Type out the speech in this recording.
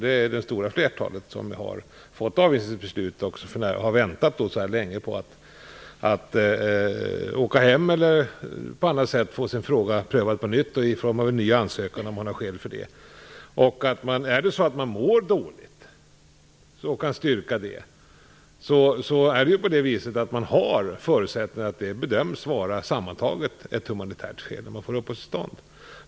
Det stora flertalet som har blivit föremål för avvisningsbeslut har väntat så länge på att få återvända hem eller på att få sitt ärende prövat på nytt i form av en ny ansökan, om det finns skäl för det. Om man mår dåligt och kan styrka det, finns det förutsättningar för att detta vid en sammantagen bedömning kan betraktas som ett humanitärt skäl för uppehållstillstånd.